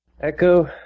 Echo